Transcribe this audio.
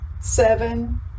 Seven